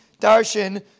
Darshan